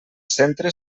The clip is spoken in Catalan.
centre